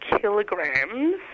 kilograms